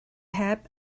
heb